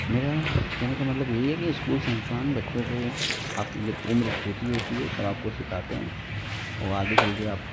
मेरा कहने का मतलब यही है कि इस्कूल संस्थान बच्चों को आपकी जब उम्र छोटी होती है तब आपको सिखाते हैं और आगे चलकर आप